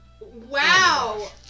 Wow